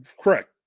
Correct